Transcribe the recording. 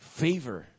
favor